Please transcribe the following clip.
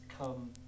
come